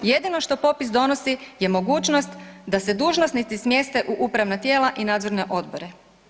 Jedino što popis donosi je mogućnost da se dužnosnici smjeste u upravna tijela i nadzorne odbore.